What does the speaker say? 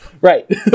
right